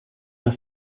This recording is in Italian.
una